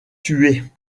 tués